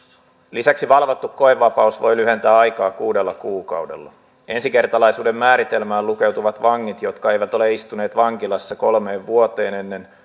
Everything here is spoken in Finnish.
lisäksi valvottu koevapaus voi lyhentää aikaa kuudella kuukaudella ensikertalaisuuden määritelmään lukeutuvat vangit jotka eivät ole istuneet vankilassa kolmeen vuoteen ennen